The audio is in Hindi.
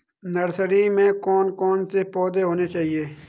नर्सरी में कौन कौन से पौधे होने चाहिए?